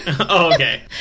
okay